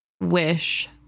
wish